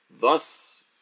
thus